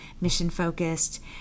mission-focused